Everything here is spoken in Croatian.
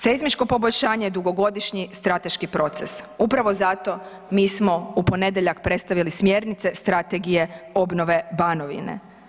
Seizmičko poboljšanje je dugogodišnji strateški proces, upravo zato mi smo u ponedjeljak predstavili smjernice strategije obnove Banovine.